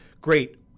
great